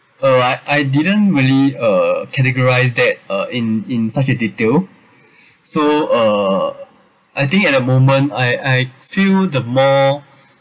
uh I I didn't really uh categorise that uh in in such a detail so uh I think at the moment I I feel the more